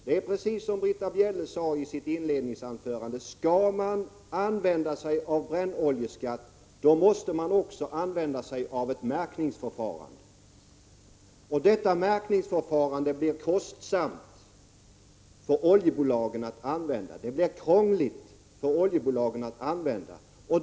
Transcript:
Det är precis som Britta Bjelle sade i sitt inledningsanförande att skall man använda sig av brännoljeskatten, måste man också använda sig av ett märkningsförfarande. Detta märkningsförfarande blir kostsamt och krångligt för oljebolagen.